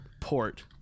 port